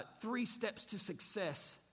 three-steps-to-success